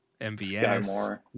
mvs